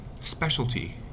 specialty